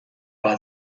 war